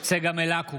צגה מלקו,